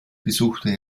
besuchte